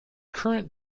current